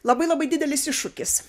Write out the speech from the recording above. labai labai didelis iššūkis